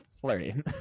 flirting